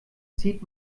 zieht